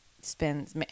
spends